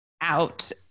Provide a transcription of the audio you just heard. out